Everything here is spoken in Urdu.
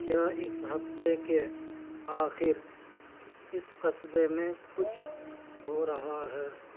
کیا اس ہفتے کے آخر اس قصبے میں کچھ ہو رہا ہے